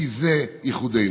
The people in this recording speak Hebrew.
כי זה ייחודנו.